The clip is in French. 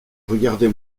regardez